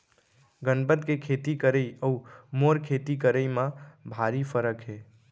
गनपत के खेती करई अउ मोर खेती करई म भारी फरक हे